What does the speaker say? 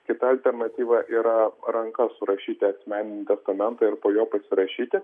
kita alternatyva yra ranka surašyti asmeninį testamentą ir po juo pasirašyti